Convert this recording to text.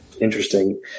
Interesting